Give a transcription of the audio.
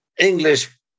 English